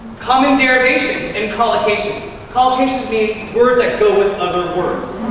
common derivations and collocations. collocations means words that go with other words.